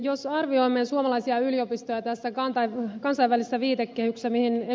jos arvioimme suomalaisia yliopistoja tässä kansainvälisessä viitekehyksessä mihin ed